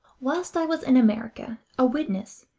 whilst i was in america, a witness,